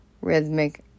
rhythmic